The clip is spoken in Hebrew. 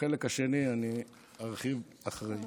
בחלק השני אני ארחיב, אחרי.